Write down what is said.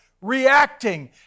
reacting